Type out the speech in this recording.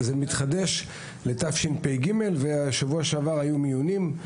זה מתחדש לתשפ"ג ובשבוע הבא היו מיונים.